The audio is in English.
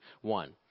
one